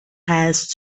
has